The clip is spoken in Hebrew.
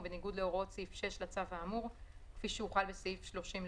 בניגוד להוראות סעיף 6 לצו האמור כפי שהוחל בסעיף 30,